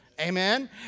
Amen